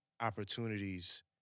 opportunities